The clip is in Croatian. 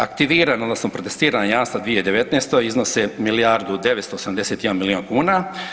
Aktivirana, odnosno protestirana jamstva u 2019. iznose milijardu i 981 milijun kuna.